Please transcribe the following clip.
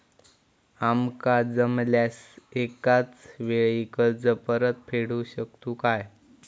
आमका जमल्यास एकाच वेळी कर्ज परत फेडू शकतू काय?